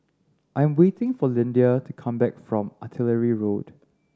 I'm waiting for Lyndia to come back from Artillery Road